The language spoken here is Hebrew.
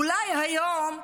אולי היום,